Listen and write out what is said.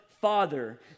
father